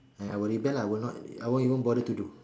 I I will rebel lah I won't even bother to do